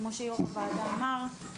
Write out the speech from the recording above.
כמו שיו"ר הוועדה אמר,